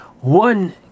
one